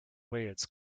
wales